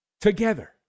together